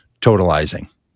totalizing